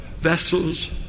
vessels